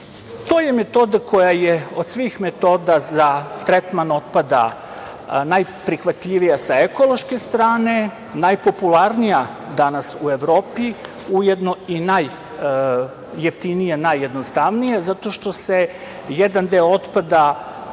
je metoda koja je od svih metoda za tretman otpada, najprihvatljivija sa ekološke strane, najpopularnija danas u Evropi, ujedno i najjeftinija, najjednostavnija, zato što se jedan deo otpada